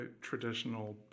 traditional